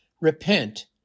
Repent